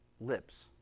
lips